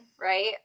right